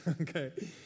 Okay